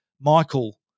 Michael